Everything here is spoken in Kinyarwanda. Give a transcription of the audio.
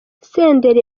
senderi